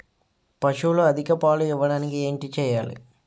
పశువులు అధిక పాలు ఇవ్వడానికి ఏంటి చేయాలి